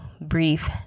brief